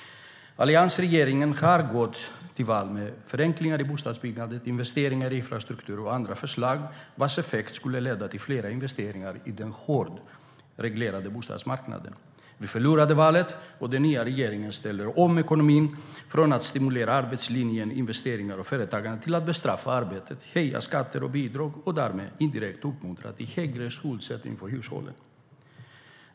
Alliansregeringen gick till val på förenklingar i bostadsbyggandet, investeringar i infrastrukturen och andra förslag vilkas effekt skulle leda till fler investeringar på den hårt reglerade bostadsmarknaden. Vi förlorade valet, och den nya regeringen ställer om ekonomin från att stimulera arbetslinjen, investeringarna och företagandet till att bestraffa arbetet, höja skatter och bidrag och därmed indirekt uppmuntra till högre skuldsättning för hushållen.